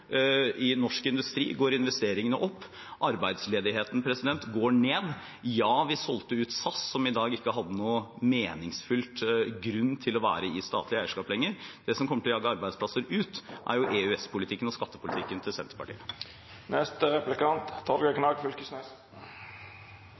I norsk industri går investeringene opp. Arbeidsledigheten går ned. Ja, vi solgte ut SAS, som ikke lenger hadde noen meningsfull grunn til å være i statlig eierskap. Det som kommer til å jage arbeidsplasser ut, er jo EØS-politikken og skattepolitikken til Senterpartiet.